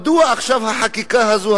מדוע עכשיו החקיקה הזאת,